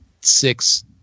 six